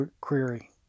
query